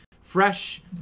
Fresh